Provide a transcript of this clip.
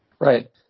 Right